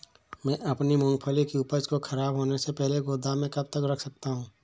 मैं अपनी मूँगफली की उपज को ख़राब होने से पहले गोदाम में कब तक रख सकता हूँ?